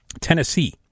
Tennessee